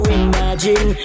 imagine